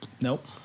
Nope